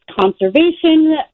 conservation